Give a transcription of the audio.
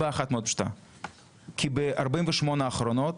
כי ב-48 השעות האחרונות,